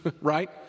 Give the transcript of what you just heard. right